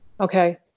okay